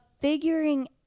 figuring